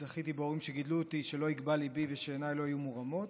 זכיתי בהורים שגידלו אותי שלא יגבה ליבי ושעיני לא יהיו מורמות.